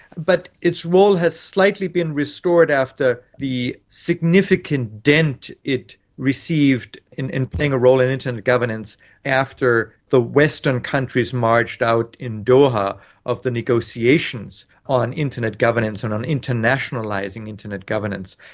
but its role has slightly been restored after the significant dent it received in in playing a role in internet governance after the western countries marched out in doha of the negotiations on internet governance, and on internationalising internet governance.